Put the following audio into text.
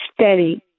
steady